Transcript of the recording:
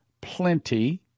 plenty